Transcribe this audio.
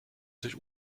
sich